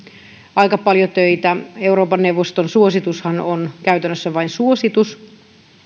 aika paljon töitä europan neuvoston suositushan on käytännössä vain suositus